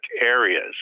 areas